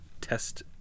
test